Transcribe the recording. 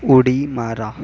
उडी मारा